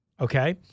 Okay